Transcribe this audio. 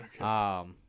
Okay